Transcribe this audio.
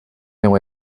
meu